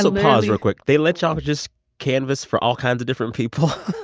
so pause real quick. they let y'all but just canvass for all kinds of different people?